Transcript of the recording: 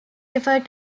referred